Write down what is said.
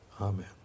amen